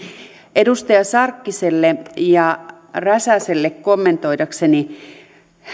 edustaja sarkkiselle ja räsäselle kommentoidakseni